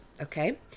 okay